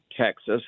Texas